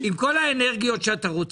עם כל האנרגיות שאתה רוצה.